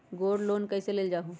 Gold loan कईसे लेल जाहु?